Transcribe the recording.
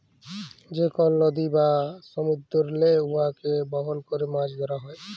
যে কল লদী বা সমুদ্দুরেল্লে উয়াকে বাহল ক্যরে মাছ ধ্যরা হ্যয়